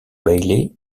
bailey